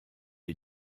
est